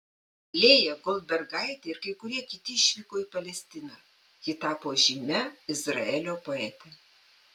lėja goldbergaitė ir kai kurie kiti išvyko į palestiną ji tapo žymia izraelio poete